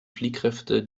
fliehkräfte